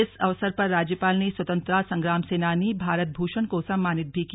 इस अवसर पर राज्यपाल ने स्वतंत्रता संग्राम सेनानी भारत भूषण को सम्मानित भी किया